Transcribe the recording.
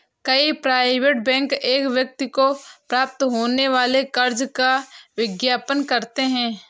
कई private bank एक व्यक्ति को प्राप्त होने वाले कर्ज का विज्ञापन करते हैं